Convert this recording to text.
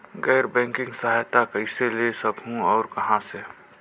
गैर बैंकिंग सहायता कइसे ले सकहुं और कहाँ से?